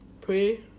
pray